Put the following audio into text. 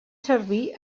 servir